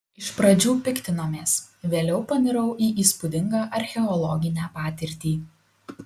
iš pradžių piktinomės vėliau panirau į įspūdingą archeologinę patirtį